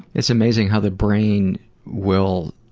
it's amazing how the brain will,